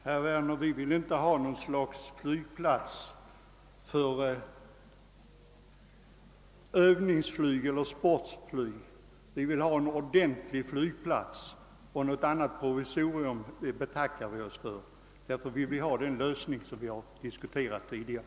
Herr talman! Vi vill inte ha något slags flygplats för övningsflyg eller sportflyg, herr Werner, utan en ordentlig flygplats, och ett provisorium betackar vi oss för. Därför vill vi ha den lösning som diskuterats tidigare.